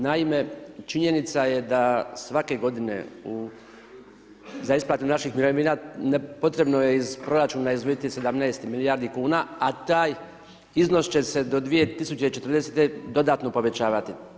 Naime, činjenica je da svake godine za isplatu naših mirovina potrebno je iz proračuna izdvojiti 17 milijardi kuna a taj iznos će se do 2040. dodatno povećavati.